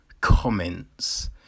comments